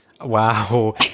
Wow